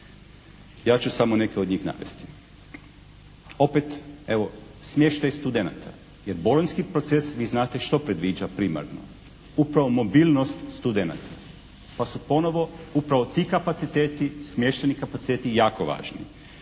Ja ću samo neke od njih navesti. Opet evo smještaj studenata jer Bolonjski proces, vi znate što predviđa primarno. Upravo mobilnost studenata, pa su ponovo upravo ti kapaciteti, smještajni kapaciteti jako važni.